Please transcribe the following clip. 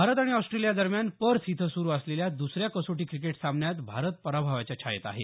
भारत आणि ऑस्ट्रेलियादरम्यान पर्थ इथं सुरु असलेल्या दसऱ्या कसोटी क्रिकेट सामन्यात भारत पराभवाच्या छायेत आहे